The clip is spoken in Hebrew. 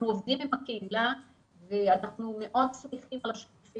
אנחנו עובדים עם הקהילה ואנחנו שמחים מאוד על שיתופי